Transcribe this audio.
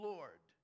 Lord